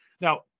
Now